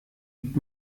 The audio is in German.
übt